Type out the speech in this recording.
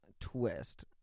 twist